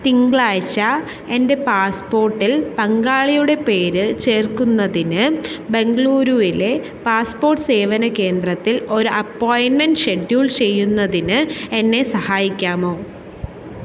തിങ്ക്ളാഴ്ച്ച എന്റെ പാസ്പ്പോട്ടിൽ പങ്കാളിയുടെ പേര് ചേർക്കുന്നതിന് ബെംഗളൂരുവിലെ പാസ്പോർട്ട് സേവന കേന്ദ്രത്തിൽ ഒരു അപ്പോയിൻമെൻറ്റ് ഷെഡ്യൂൾ ചെയ്യുന്നതിന് എന്നെ സഹായിക്കാമോ